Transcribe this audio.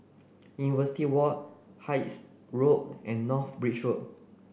University Walk Hythe Road and North Bridge Road